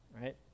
right